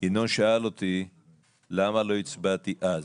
שאל אותי למה לא הצבעתי אז.